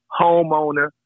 homeowner